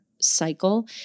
cycle